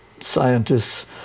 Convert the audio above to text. scientists